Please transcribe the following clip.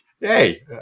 Hey